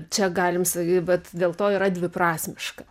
čia galim sakyt bet dėl to yra dviprasmiška